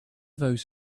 those